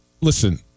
Listen